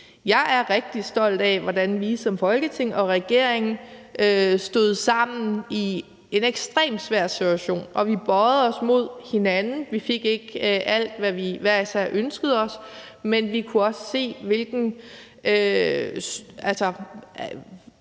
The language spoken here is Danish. Jeg er rigtig stolt af, hvordan vi som Folketing og regering stod sammen i en ekstremt svær situation og bøjede os mod hinanden. Vi fik ikke alt, hvad vi hver især ønskede os, men vi kunne se, hvor